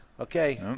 Okay